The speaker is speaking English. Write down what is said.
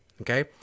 Okay